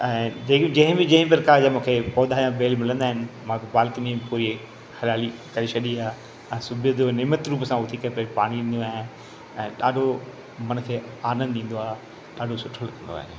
ऐं जेकी जंहिं बि जंहिं प्रकार जा मूंखे पौधा या बेल मिलंदा आहिनि मां बालकनी में पूरी हरियाली करे छॾी आहे ऐं सुबुह जो नियमत रुप सां उथी करे भई पालींदो आहियां ऐं ॾाढो मन खे आनंदु ईंदो आहे ॾाढो सुठो लॻंदो आहे